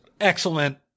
excellent